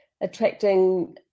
attracting